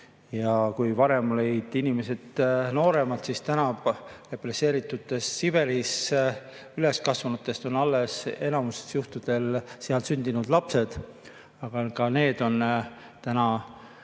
Ja kui varem olid inimesed nooremad, siis tänaseks on represseeritutest, Siberis üles kasvanutest alles enamikul juhtudel seal sündinud lapsed. Aga ka need on täna